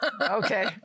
Okay